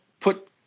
put